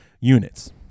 units